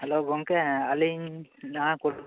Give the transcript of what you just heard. hello ᱜᱚᱝᱠᱮ ᱟᱞᱤᱧ ᱱᱟᱣᱟ